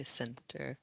center